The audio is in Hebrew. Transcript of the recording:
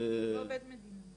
הוא לא עובד מדינה,